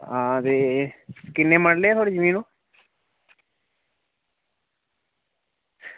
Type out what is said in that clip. हां ते किन्ने मरले ऐ थुआढ़ी जमीन ओह्